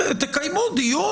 תקדמו דיון,